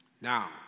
Now